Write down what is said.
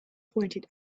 pointed